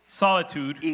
solitude